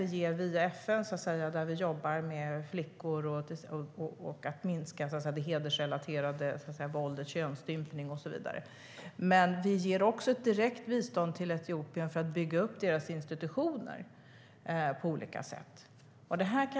Vi ger bistånd via FN, där vi jobbar med flickor och för att minska det hedersrelaterade våldet, könsstympning och så vidare. Men vi ger också ett direkt bistånd till Etiopien för att bygga upp deras institutioner på olika sätt.